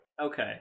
Okay